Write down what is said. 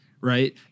Right